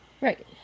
right